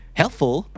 helpful